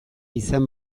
izan